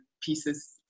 pieces